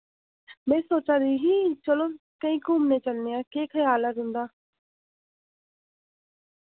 में सोच्चा दी ही चलो कईं घुम्मने चलने आं केह् खेआल ऐ तुंदा